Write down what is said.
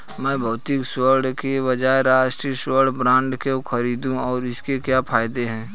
मैं भौतिक स्वर्ण के बजाय राष्ट्रिक स्वर्ण बॉन्ड क्यों खरीदूं और इसके क्या फायदे हैं?